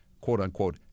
quote-unquote